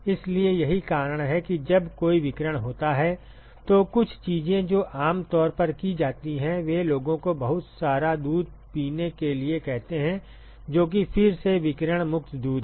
इसलिए यही कारण है कि जब कोई विकिरण होता है तो कुछ चीजें जो आम तौर पर की जाती हैं वे लोगों को बहुत सारा दूध पीने के लिए कहते हैं जो कि फिर से विकिरण मुक्त दूध है